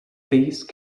these